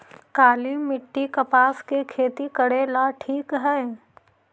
काली मिट्टी, कपास के खेती करेला ठिक हइ?